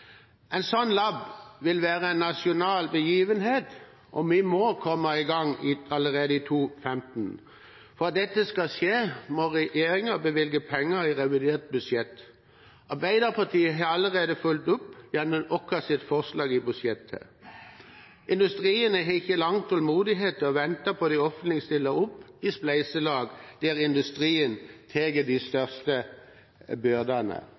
En slik lab vil være en nasjonal begivenhet, og vi må komme i gang allerede i 2015. For at det skal skje, må regjeringen bevilge penger i revidert budsjett. Arbeiderpartiet har allerede fulgt opp gjennom vårt forslag i budsjettet. Industrien har ikke lang tålmodighet til å vente på at det offentlige stiller opp i et spleiselag der industrien tar de største byrdene.